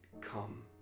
come